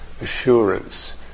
assurance